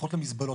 הופכות למזבלות.